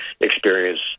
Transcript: experience